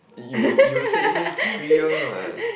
you you say hey Siri one what